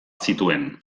zituen